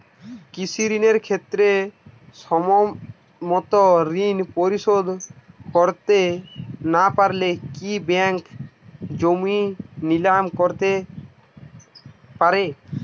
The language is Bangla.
কৃষিঋণের ক্ষেত্রে সময়মত ঋণ পরিশোধ করতে না পারলে কি ব্যাঙ্ক জমি নিলাম করতে পারে?